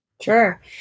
Sure